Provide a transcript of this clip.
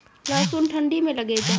लहसुन ठंडी मे लगे जा?